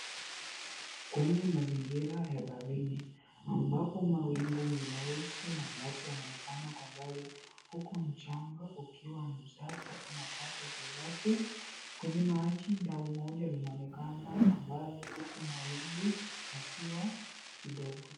Kwenye mazingira ya baharini ambapo mawingu ni meusi na meupe yanaonekana kwa mbali huku mchanga ukiwa ni msafi, hakuna taka juu yake. Kwenye maji dau moja linaonekana kwa mbali huku mawimbi yakiwa kidogo.